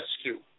Rescue